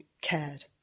cared